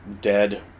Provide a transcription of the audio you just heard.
dead